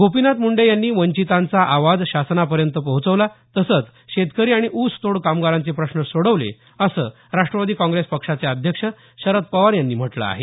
गोपीनाथ मुंडे यांनी वाचिंतांचा आवाज शासनापर्यंत पोहोचवला तसंच शेतकरी आणि ऊस तोड कामगारांचे प्रश्न सोडवले असं राष्ट्रवादी काँग्रेस पक्षाचे अध्यक्ष शरद पवार यांनी म्हटलं आहे